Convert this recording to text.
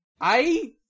I-